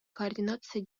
координация